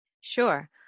Sure